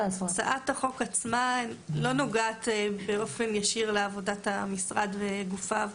הצעת החוק לא נוגעת באופן ישיר לעבודת המשרד וגופיו,